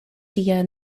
tia